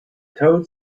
toad